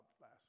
last